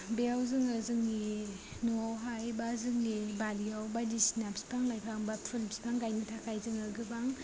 बेयाव जोङो जोंनि न'आवहाय बा जोंनि बारियाव बायदिसिना बिफां लाइफां बा फुल बिफां गायनो थाखाय जोङो गोबां